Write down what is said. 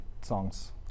songs